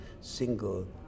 single